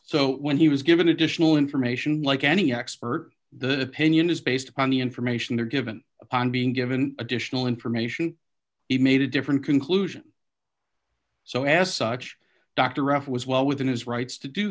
so when he was given additional information like any expert the opinion is based upon the information or given upon being given additional information he made a different conclusion so as such dr ruff was well within his rights to do